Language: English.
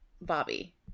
Bobby